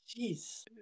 jeez